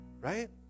Right